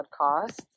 podcast